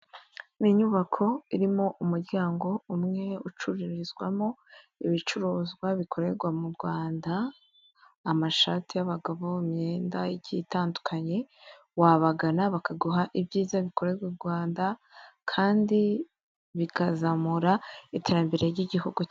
Ni inyubako irimo umuryango umwe ucururizwamo ibicuruzwa bikorerwa mu Rwanda. Amashati y'abagabo, imyenda igiye itandukanye, wabagana bakaguha ibyiza bikorerwa i Rwanda kandi bikazamura iterambere ry'igihugu cyacu.